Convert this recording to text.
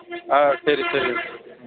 సరే సరే